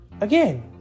Again